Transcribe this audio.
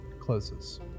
closes